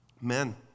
Men